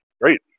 great